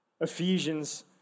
Ephesians